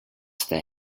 their